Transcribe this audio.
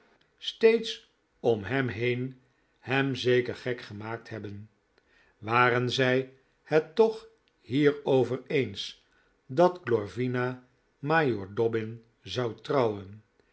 steeds om hem heen hem zeker gek gemaakt hebben waren zij het toch hierover eens dat glorvina majoor dobbin zou trouwen